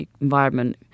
environment